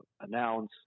announce